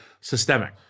systemic